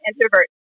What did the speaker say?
introvert